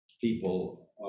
people